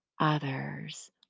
others